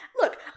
Look